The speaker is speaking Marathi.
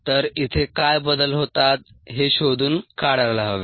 तर इथे काय बदल होतात हे शोधून काढायला हवे